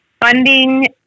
Funding